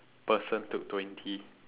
person took twenty